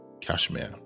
Cashmere